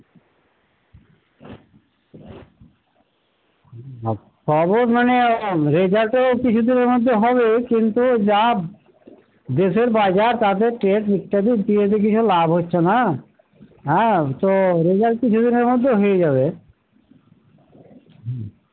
খবর মানে রেজাল্টও কিছু দিনের মধ্যে হবে কিন্তু যা দেশের বাজার তাতে টেস্ট ইত্যাদি দিয়ে তো কিছু লাভ হচ্ছে না হ্যাঁ তো রেজাল্ট কিছু দিনের মধ্যে হয়ে যাবে